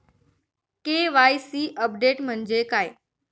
KYC update म्हणजे काय?